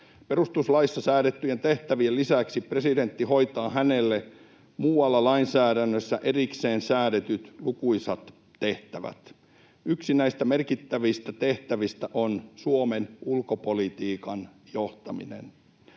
Perustuslaissa säädettyjen tehtävien lisäksi presidentti hoitaa hänelle muualla lainsäädännössä erikseen säädetyt lukuisat tehtävät. Yksi näistä merkittävistä tehtävistä on Suomen ulkopolitiikan johtaminen.